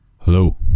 Hello